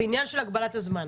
ועניין של הגבלת הזמן.